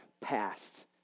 past